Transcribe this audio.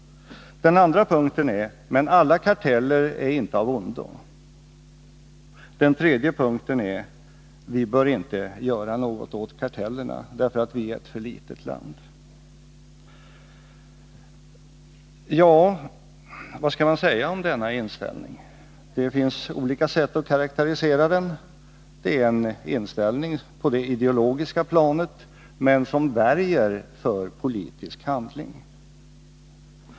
2. Men alla karteller är inte av ondo. 3. Vi bör inte göra något åt kartellerna, därför att Sverige är ett för litet land. Vad skall man säga om denna inställning? Det finns olika sätt att karakterisera den. Det är en inställning på det ideologiska planet men som väjer för politisk handling.